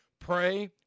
Pray